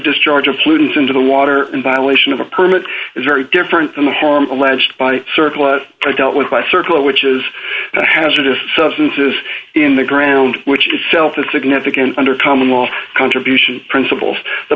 discharge of pollutants into the water in violation of a permit is very different than the harm alleged by circle has dealt with by serco which is hazardous substances in the ground which itself is significant under common law contribution principles the